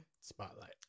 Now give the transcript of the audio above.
Spotlight